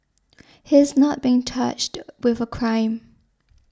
he is not being charged with a crime